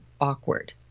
awkward